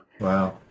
wow